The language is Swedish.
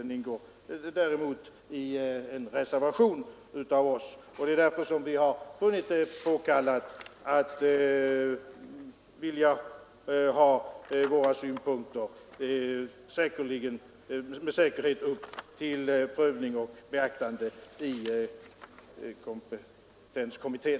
Jag har funnit det påkallat att hemställa om bifall till reservationen 2 för att vi med säkerhet skall kunna få våra synpunkter upptagna till prövning och beaktande i kompetenskommittén.